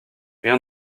rien